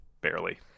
Barely